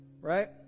right